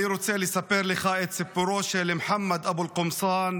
אני רוצה לספר לך את סיפורו של מוחמד אבו אל-קומסאן,